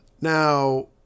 Now